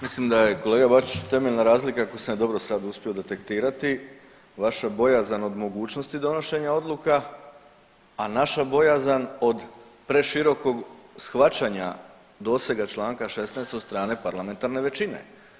Mislim da je kolega Bačić temeljna razlika kako sam ja sad uspio detektirati vaša bojazan od mogućnosti donošenja odluka, a naša bojazan od preširokog shvaćanja dosega članka 16. od strane parlamentarne većine.